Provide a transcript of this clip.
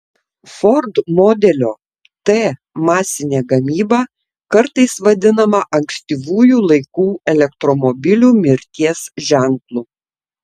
ford modelio t masinė gamyba kartais vadinama ankstyvųjų laikų elektromobilių mirties ženklu